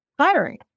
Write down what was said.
hiring